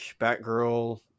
Batgirl